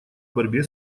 борьбе